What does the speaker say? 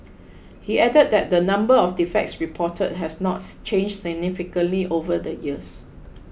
he added that the number of defects reported has not changed significantly over the years